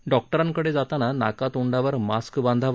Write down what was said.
डॉक्टरांकडे जाताना नाकातोंडावर मास्क बांधावा